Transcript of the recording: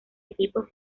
equipo